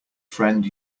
friend